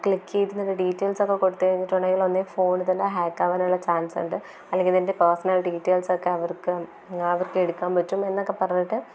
click ചെയ്ത് നിൻ്റെ ഡീറ്റെയ്ൽസൊക്കെ കൊടുത്ത് കഴിഞ്ഞിട്ടുണ്ടെങ്കിൽ തന്നെ ഫോണിൽത്തന്നെ ഹാക്കാവാനുള്ള ചാൻസുണ്ട് അല്ലെങ്കിൽ നിൻ്റെ പേഴ്സണൽ ഡീറ്റെയ്ൽസൊക്കെ അവർക്കും അവർക്കെടുക്കാൻ പറ്റും എന്നൊക്കെപ്പറഞ്ഞിട്ട്